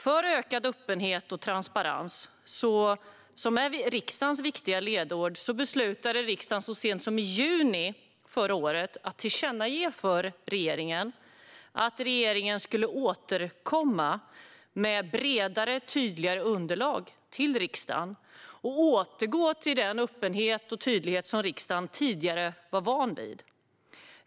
För ökad öppenhet och transparens, som är riksdagens viktiga ledord, beslutade riksdagen så sent som i juni förra året att tillkännage för regeringen att regeringen skulle återkomma med bredare och tydligare underlag till riksdagen och återgå till den öppenhet och tydlighet som riksdagen tidigare var van vid.